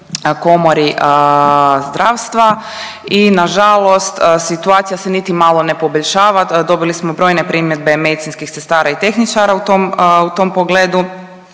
komori zdravstva i nažalost situacija se niti malo ne poboljšava. Dobili smo brojne primjedbe medicinskih sestara i tehničara u tom, u